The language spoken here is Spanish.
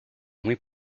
muy